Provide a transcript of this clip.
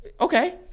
Okay